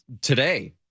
today